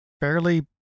fairly